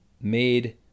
made